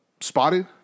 spotted